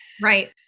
Right